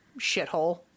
shithole